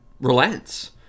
relents